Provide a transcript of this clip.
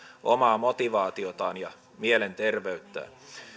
omaa motivaatiotaan ja mielenterveyttään